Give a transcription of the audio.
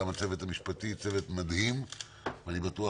גם הצוות המשפטי צוות מדהים ואני בטוח